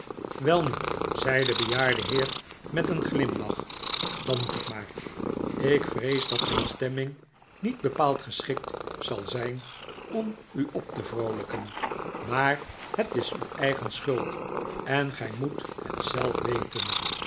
welnu zei de bejaarde heer met een glimlach dan moet het maar ik vrees dat mijn stemming niet bepaald geschikt zal zijn om u op te vroolijken maar het is uw eigen schuld en gij moet het zelf weten